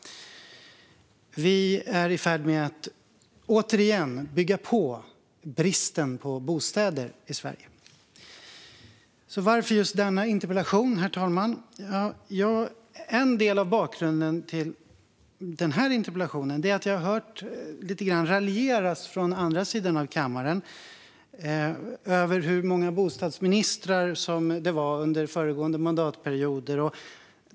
Vi är i färd med att återigen bygga på bristen på bostäder i Sverige. Varför just denna interpellation, herr talman? En del av bakgrunden till den här interpellationen är att jag har hört det raljeras lite grann från den andra sidan av kammaren över hur många bostadsministrar som tillträdde under föregående mandatperioder.